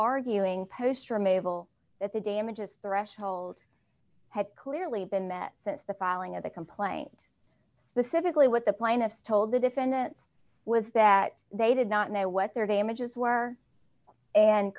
that the damages threshold had clearly been met since the filing of the complaint specifically what the plaintiffs told the defendants was that they did not know what their damages were and